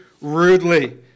rudely